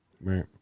Right